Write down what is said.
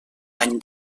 any